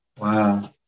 Wow